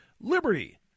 liberty